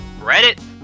Reddit